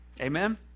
Amen